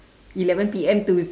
eleven P_M to